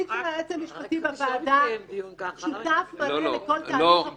הנציג של היועץ המשפטי בוועדה שותף מלא לכל תהליך הבחירה.